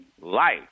life